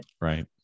right